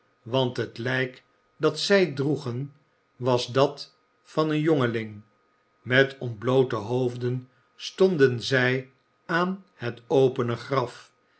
want het lijk dat zij droegen was dat van een jongeling met ontbloote hoofden stonden zij aan het opene graf